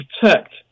protect